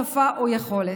שפה או יכולת,